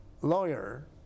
lawyer